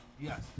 Yes